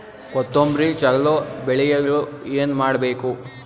ಕೊತೊಂಬ್ರಿ ಚಲೋ ಬೆಳೆಯಲು ಏನ್ ಮಾಡ್ಬೇಕು?